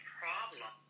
problem